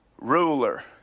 ruler